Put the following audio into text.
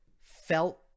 felt